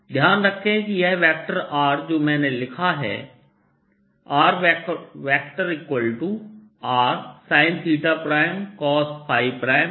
ध्यान रखें कि यह वेक्टर R जो मैंने लिखा है RR sin cosɸ xRsin sinɸ yRcos z है